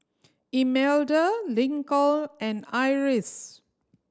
Imelda Lincoln and Iris